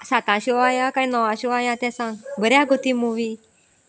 साता शोवा या काय णवा शोवा या ते सांग बऱ्या आसा गो ती मुवी